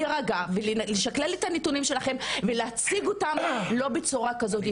להירגע ולשקלל את הנתונים שלכן ולהציג אותם לא בצורה כזאת,